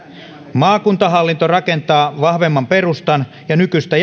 maakuntahallinto rakentaa vahvemman perustan ja nykyistä